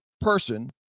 person